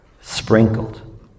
sprinkled